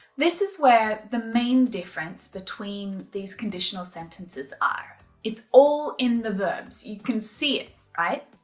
this is where the main difference between these conditional sentences are it's all in the verbs, you can see it, right?